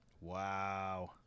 Wow